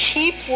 Keep